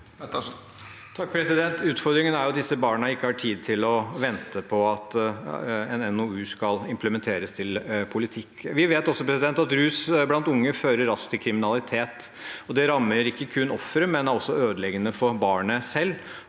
(H) Utfordringen er at disse barna ikke har tid til å vente på at en NOU skal implementeres til politikk. Vi vet også at rus blant unge raskt fører til kriminalitet, og det rammer ikke kun offeret, men er også ødeleggende for barnet selv.